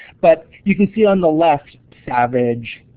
but you can see on the left savage,